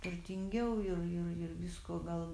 turtingiau jau ir ir ir visko gal